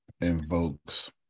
invokes